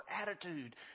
attitude